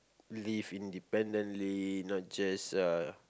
live independently not just uh